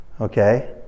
okay